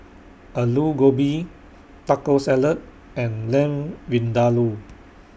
Alu Gobi Taco Salad and Lamb Vindaloo